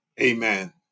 amen